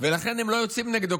ולכן הם לא יוצאים נגדו,